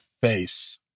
face